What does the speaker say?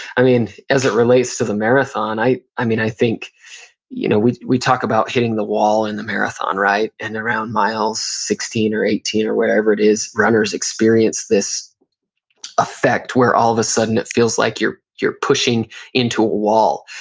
i mean, as it relates to the marathon, i i think you know we we talk about hitting the wall in the marathon, right? and around mile sixteen or eighteen or wherever it is, runners experience this effect where all of a sudden it feels like you're you're pushing into a wall.